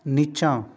निचाँ